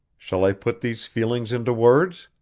shall i put these feelings into words